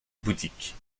bouddhique